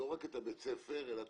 לא רק את בית הספר, אלא את